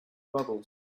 bubbles